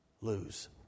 lose